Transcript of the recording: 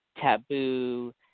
Taboo